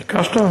ביקשת?